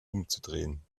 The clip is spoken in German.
umzudrehen